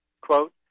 quote